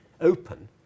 open